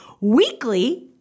weekly